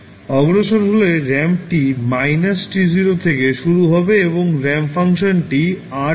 অগ্রসর হলে র্যাম্পটি −t0 থেকে শুরু হবে এবং র্যাম্প ফাংশনটি rt t0 হবে